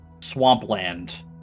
swampland